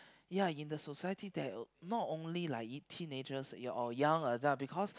ya in the society there not only like it teenagers or young adult because